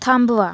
थांबवा